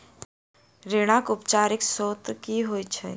ऋणक औपचारिक स्त्रोत की होइत छैक?